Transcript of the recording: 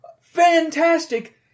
fantastic